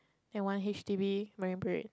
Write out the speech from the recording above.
and one H_D_B Marine-Parade